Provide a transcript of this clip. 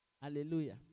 Hallelujah